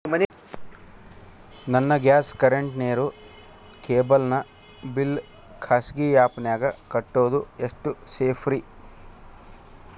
ನನ್ನ gas current, ನೇರು, cable ನ ಬಿಲ್ ಖಾಸಗಿ ಆ್ಯಪ್ ನ್ಯಾಗ್ ಕಟ್ಟೋದು ಎಷ್ಟು ಸೇಫ್ರಿ?